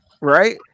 right